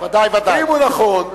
ואם הוא נכון,